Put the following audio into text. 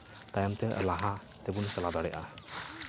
ᱛᱟᱭᱚᱢ ᱛᱮ ᱞᱟᱦᱟ ᱛᱮᱵᱚᱱ ᱪᱟᱞᱟᱣ ᱫᱟᱮᱭᱟᱜᱼᱟ